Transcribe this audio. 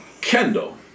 Kendall